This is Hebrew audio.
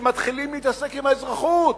שמתחילים להתעסק עם האזרחות,